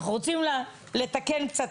אנחנו רוצים לתקן קצת,